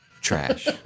trash